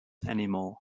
anymore